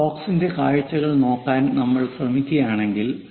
ആ ബോക്സിന്റെ കാഴ്ചകൾ നോക്കാൻ നമ്മൾ ശ്രമിക്കുകയാണെങ്കിൽ